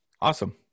Awesome